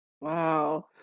wow